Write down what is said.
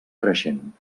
creixent